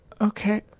Okay